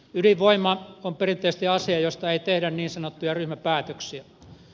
ydinvoima on perinteisesti asia josta ei tehdä niin sanottuja ryhmäpäätöksiä